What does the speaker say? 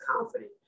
confident